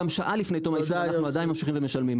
גם שעה לפני תום האישור אנחנו עדיין ממשיכים ומשלמים.